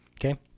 Okay